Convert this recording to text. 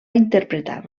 interpretar